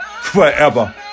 forever